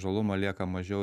žalumo lieka mažiau